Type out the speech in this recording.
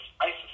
ISIS